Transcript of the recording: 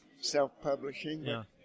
Self-publishing